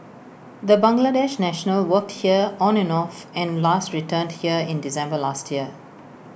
the Bangladesh national worked here on and off and last returned here in December last year